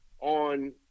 on